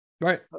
Right